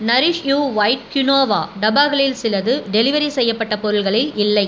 nourish you white quinoa டப்பாக்களில் சிலது delivery செய்யப்பட்ட பொருட்களில் இல்லை